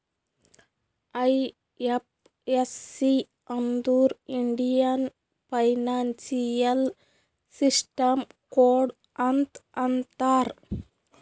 IFSC ಅಂದುರ್ Indian financial system code ಅಂತ್ ಅಂತಾರ್